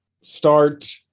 Start